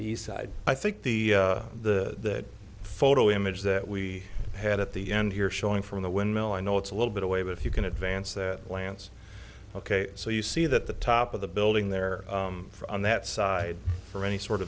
the east side i think the the photo image that we had at the end here showing from the windmill i know it's a little bit away but if you can advance that lance ok so you see that the top of the building there on that side or any sort